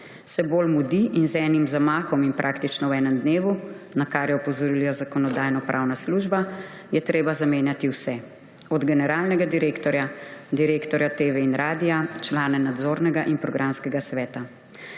Se bolj mudi in z enim zamahom in praktično v enem dnevu, na kar je opozorila Zakonodajno-pravna služba, je treba zamenjati vse, od generalnega direktorja, direktorja TV in radia, člana nadzornega in programskega sveta.